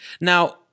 Now